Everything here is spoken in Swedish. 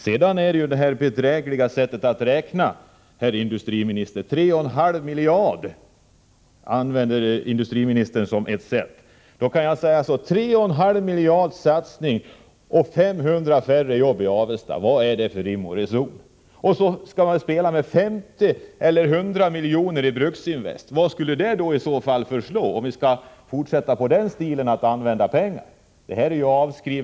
Det är ett bedrägligt sätt att räkna på, herr industriminister, när det talas om 3,5 miljarder — en satsning på 3,5 miljarder, och det blir 500 färre jobb i Avesta. Det är varken rim eller reson i det. Och vad skulle 50 eller 100 miljoner förslå i Bruksinvest, om man fortsätter att använda pengarna på detta sätt?